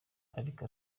ariko